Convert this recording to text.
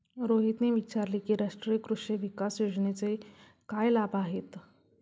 रोहितने विचारले की राष्ट्रीय कृषी विकास योजनेचे काय लाभ आहेत?